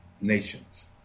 nations